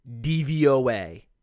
DVOA